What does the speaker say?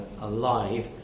alive